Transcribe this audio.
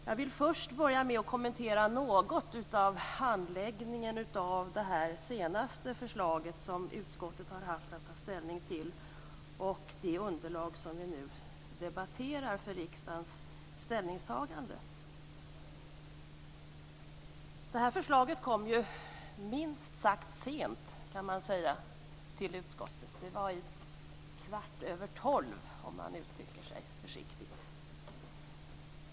Jag vill börja med att kommentera något av handläggningen av det senaste förslaget som utskottet har haft att ta ställning till och det underlag för riksdagens ställningstagande som vi nu debatterar. Det här förslaget kom minst sagt sent till utskottet - kvart över tolv, om man uttrycker sig försiktigt.